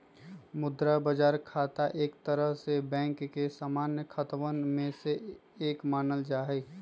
मुद्रा बाजार खाता एक तरह से बैंक के सामान्य खतवन में से एक मानल जाहई